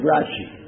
Rashi